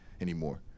anymore